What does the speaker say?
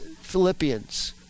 Philippians